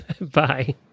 Bye